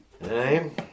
name